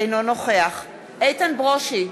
אינו נוכח איתן ברושי,